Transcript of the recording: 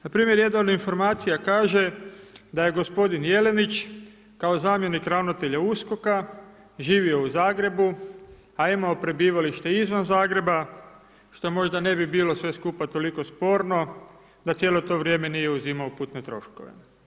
Na primjer, jedna od informacija kaže da je gospodin Jelinić kao zamjenik ravnatelja USKOK-a živio u Zagrebu a imao prebivalište izvan Zagreba što možda ne bi bilo sve skupa toliko sporno da cijelo to vrijeme nije uzimao putne troškove.